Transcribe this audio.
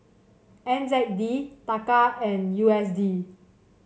N Z D Taka and U S D